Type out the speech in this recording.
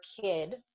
kid